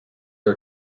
her